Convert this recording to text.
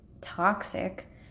toxic